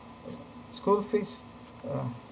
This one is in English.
school fees uh